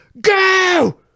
go